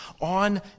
on